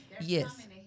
yes